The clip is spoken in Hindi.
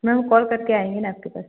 मैम कॉल करके आएंगे ना आपके पास